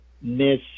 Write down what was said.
miss